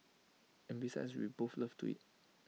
and besides we both love to eat